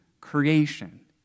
creation